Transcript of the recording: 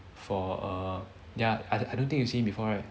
for err ya I I don't think you see him before right